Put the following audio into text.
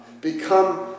become